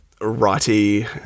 righty